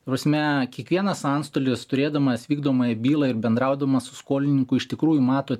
ta prasme kiekvienas antstolis turėdamas vykdomąją bylą ir bendraudamas su skolininku iš tikrųjų mato